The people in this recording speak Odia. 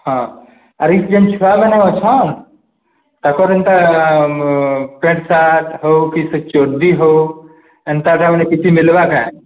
ହଁ ଆରେ ଯେମିତି ଛୁଆମାନେ ଅଛନ୍ତି ତାଙ୍କର ଏମିତି ପେଣ୍ଟ ସାର୍ଟ ହେଉ କି ସେ ଚଡ୍ଡି ହେଉ ଏଇଟା ମାନେ କିଛି ମିଳିବ କି